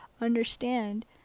understand